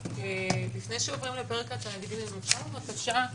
לפני שעוברים לפרק התאגידים אני רוצה בבקשה,